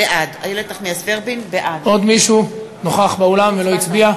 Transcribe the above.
בעד עוד מישהו נוכח באולם ולא הצביע?